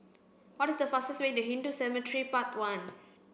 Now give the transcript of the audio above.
what is the fastest way to Hindu Cemetery Path one